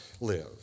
live